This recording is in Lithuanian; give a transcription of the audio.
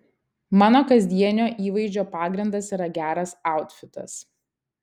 mano kasdienio įvaizdžio pagrindas yra geras autfitas